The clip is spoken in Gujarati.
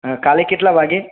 હા કાલે કેટલા વાગે